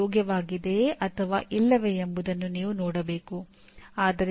ಸುಮಾರು 250 ಪದಗಳನ್ನು ಗರಿಷ್ಠವಾಗಿ ಬರೆಯಿರಿ